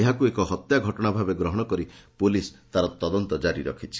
ଏହାକୁ ଏକ ହତ୍ୟା ଘଟଶା ଭାବେ ଗ୍ରହଶ କରି ପୁଲିସ୍ ତାର ତଦନ୍ତ ଜାରି ରଖିଛି